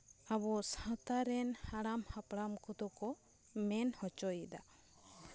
ᱟᱵᱚ ᱥᱟᱶᱛᱟ ᱨᱮᱱ ᱦᱟᱲᱟᱢ ᱦᱟᱯᱲᱟᱢ ᱠᱚᱫᱚ ᱠᱚ ᱢᱮᱱ ᱦᱚᱪᱚᱭᱮᱫᱟ